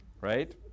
Right